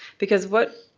because what,